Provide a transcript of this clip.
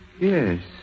Yes